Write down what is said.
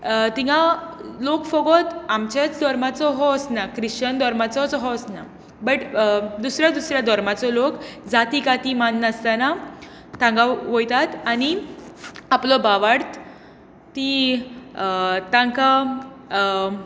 थंय लोक फकत आमचेंच धोर्माचे अशे वचना ख्रिश्चन धर्माचो अशे वचनात बट दुसऱ्या दुसऱ्या धर्माचो लोक जाती काती मानी नास्ताना थंय वयतात आनी आपलो भावार्थ ती तांकां